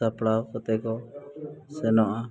ᱥᱟᱯᱲᱟᱣ ᱠᱟᱛᱮᱫ ᱠᱚ ᱥᱮᱱᱚᱜᱼᱟ